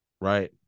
Right